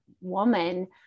woman